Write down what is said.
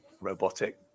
robotic